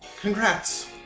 congrats